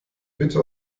bitte